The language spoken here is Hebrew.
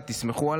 תסמכו עליי,